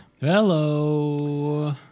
Hello